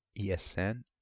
ESN